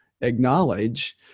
acknowledge